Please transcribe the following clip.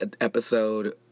episode